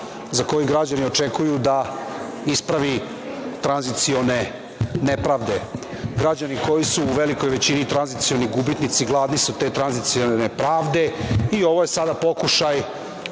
za koji građani očekuju da ispravi tranzicione nepravde. Građani koji su u velikoj većini tranzicioni gubitnici gladni su te tranzicione pravde i ovo je sada pokušaj,